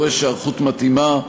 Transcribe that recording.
דורש היערכות מתאימה.